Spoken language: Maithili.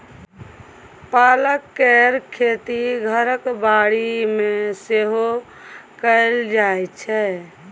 पालक केर खेती घरक बाड़ी मे सेहो कएल जाइ छै